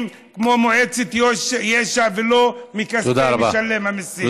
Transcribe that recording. כמו מועצת יש"ע ולא מכספי משלם המיסים.